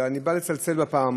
אלא אני בא לצלצל בפעמון.